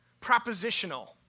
propositional